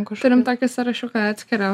turim tokį sąrašiuką atskirą